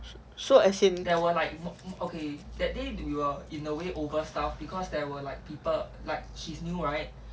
so so as in